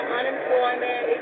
unemployment